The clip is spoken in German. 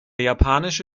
japanische